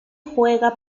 juega